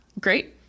Great